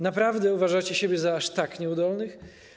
Naprawdę uważacie się za aż tak nieudolnych?